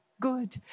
good